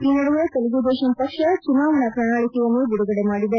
ಈ ನದುವೆ ತೆಲುಗುದೇಶಂ ಪಕ್ಷ ಚುನಾವಣೆ ಪ್ರಣಾಳಿಕೆಯನ್ನು ಬಿಡುಗಡೆ ಮಾಡಿದೆ